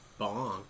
bonk